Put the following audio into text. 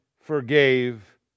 forgave